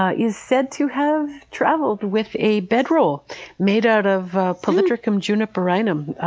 ah is said to have traveled with a bedroll made out of a polytrichum juniperinum,